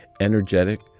energetic